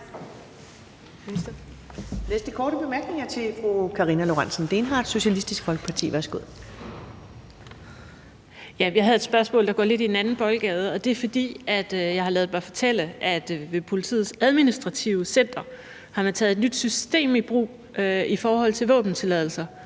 næste korte bemærkning til fru Karina Lorentzen Dehnhardt, Socialistisk Folkeparti. Værsgo. Kl. 11:28 Karina Lorentzen Dehnhardt (SF): Jeg har et spørgsmål i en lidt anden boldgade. Jeg har ladet mig fortælle, at ved Politiets Administrative Center har man taget et nyt system i brug i forhold til våbentilladelser,